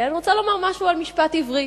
אני רוצה לומר משהו על משפט עברי.